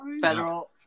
Federal